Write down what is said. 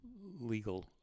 legal